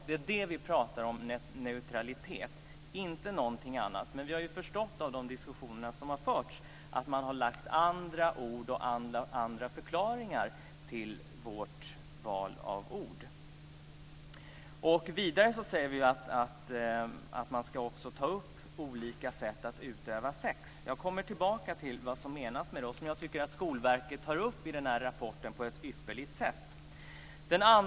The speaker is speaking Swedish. Det är det som vi pratar om som neutralitet - inte någonting annat. Men vi har förstått av de diskussioner som har förts att man har använt andra ord och andra förklaringar till vårt val av ord. Vidare säger vi att man också ska ta upp olika sätt att utöva sex. Jag kommer tillbaka till vad som menas med detta. Jag tycker att Skolverket tar upp det här i rapporten på ett ypperligt sätt.